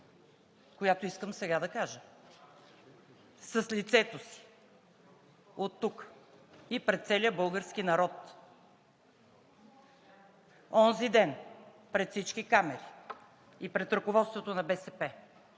която искам сега да кажа с лицето си оттук и пред целия български народ. Онзи ден пред всички камери и пред ръководството на БСП